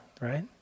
right